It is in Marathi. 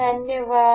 धन्यवाद